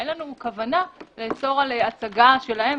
אין לנו כוונה לאסור על הצגה שלהם,